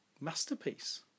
masterpiece